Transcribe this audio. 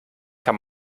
kann